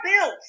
bills